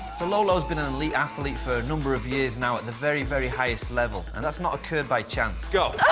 lolo has been an elite athlete for a number of years now at the very, very highest level, and that's not occurred by chance. go.